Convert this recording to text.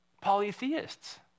polytheists